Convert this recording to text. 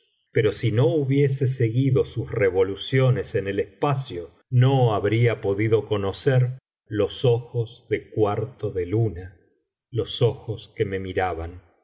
pero si no hubiese seguido sus revoluciones en el espacio no habría podido conocer los ojos de cada cuarto de luna los ojos que me miraban